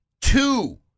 two